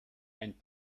ein